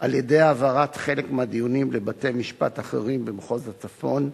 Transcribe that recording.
על-ידי העברת חלק מהדיונים לבתי-משפט אחרים במחוז הצפון,